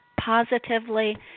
positively